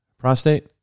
prostate